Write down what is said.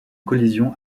collision